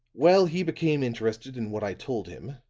well, he became interested in what i told him